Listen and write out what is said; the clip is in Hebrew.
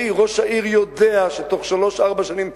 ראש העיר חולדאי יודע שבתוך שלוש-ארבע שנים,